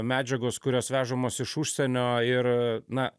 medžiagos kurios vežamos iš užsienio ir na